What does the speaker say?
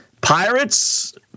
pirates